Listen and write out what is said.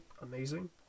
amazing